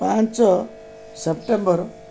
ପାଞ୍ଚ ସେପ୍ଟେମ୍ବର